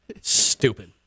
Stupid